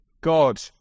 God